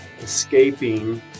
escaping